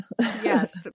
Yes